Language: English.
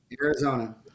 Arizona